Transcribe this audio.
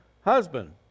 husband